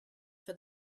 for